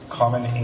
common